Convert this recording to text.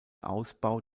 ausbau